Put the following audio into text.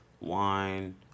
wine